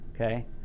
Okay